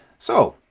so,